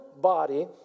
body